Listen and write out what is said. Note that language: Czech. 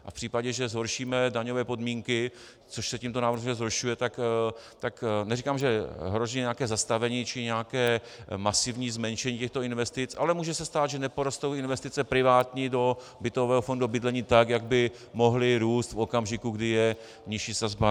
V případě, že zhoršíme daňové podmínky, což se tímto návrhem zhoršuje, tak neříkám, že hrozí nějaké zastavení či nějaké masivní zmenšení těchto investic, ale může se stát, že neporostou investice privátní do bytového fondu, bydlení, tak, jak by mohly růst v okamžiku, kdy je nižší sazba.